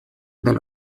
del